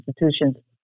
institutions